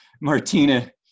Martina